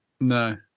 No